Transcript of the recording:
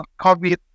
COVID